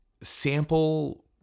sample